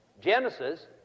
Genesis